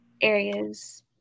areas